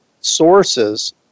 sources